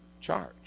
charge